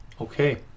okay